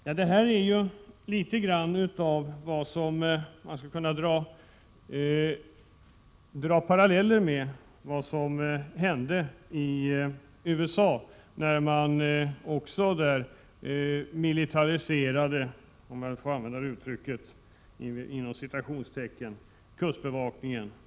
Man kan här dra vissa paralleller med vad som hände i USA, som också ”militariserade” sin kustbevakning.